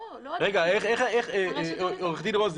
לא, הרשות המקומית.